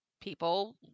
people